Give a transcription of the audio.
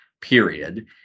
period